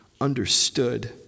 understood